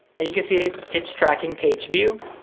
and you can see it's tracking page view,